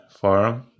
forum